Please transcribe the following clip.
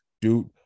dude